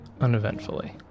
uneventfully